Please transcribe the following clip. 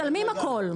משלמים הכול.